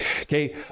okay